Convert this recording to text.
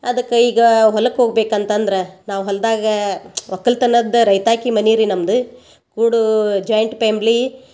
ಅದಕ್ಕೆ ಈಗ ಹೊಲಕ್ಕೆ ಹೋಗ್ಬೇಕಂತಂದ್ರೆ ನಾವು ಹೊಲ್ದಾಗ ಒಕ್ಕಲ್ತನದ ರೈತಾಕಿ ಮನೀರಿ ನಮ್ದು ಕೂಡ ಜಾಯಿಂಟ್ ಪ್ಯಾಮ್ಲಿ